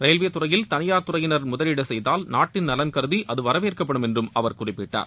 railway துறையில் தனியார் துறையினர் முதலீடு செய்தால் நாட்டின் நலன் கருதி அது வரவேற்கப்படும் என்று அவர் குறிப்பிட்டார்